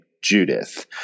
judith